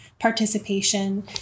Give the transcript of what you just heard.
participation